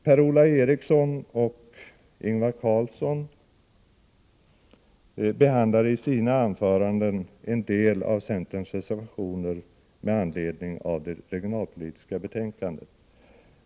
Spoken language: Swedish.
Per-Ola Eriksson och Ingvar Karlsson behandlade i sina anföranden en del av centerns reservationer med anledning av det regionalpolitiska betänkandet.